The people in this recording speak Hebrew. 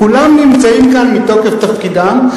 כולם נמצאים כאן מתוקף תפקידם,